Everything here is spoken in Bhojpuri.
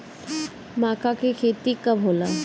माका के खेती कब होला?